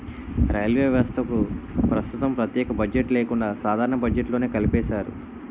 railway వ్యవస్థకు ప్రస్తుతం ప్రత్యేక బడ్జెట్ లేకుండా సాధారణ బడ్జెట్లోనే కలిపేశారు